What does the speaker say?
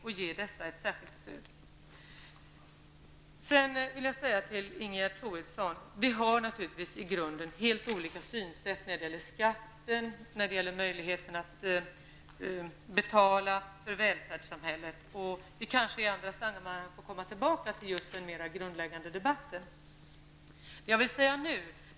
Jag vänder mig nu till Ingegerd Troedsson. Vi har naturligtvis i grunden helt olika synsätt när det gäller skatter och möjligheterna att betala för välfärdssamhället. Vi får kanske komma tillbaka till den grundläggande debatten i annat sammanhang.